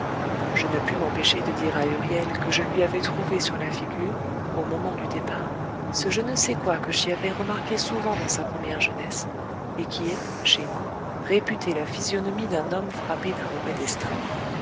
je ne pus m'empêcher de dire à huriel que je lui avais trouvé sur la figure au moment du départ ce je ne sais quoi que j'y avais remarqué souvent dans sa première jeunesse et qui est chez nous réputé la physionomie d'un homme frappé d'un mauvais destin